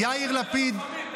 איזה נגד לוחמים?